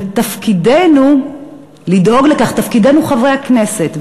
תפקידנו לדאוג לכך, תפקידנו, חברי הכנסת.